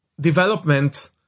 development